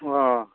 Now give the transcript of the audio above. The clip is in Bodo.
अ